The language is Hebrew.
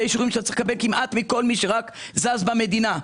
אישורים שאתה צריך לקבל כמעט מכל מי שזז במדינה.